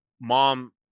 mom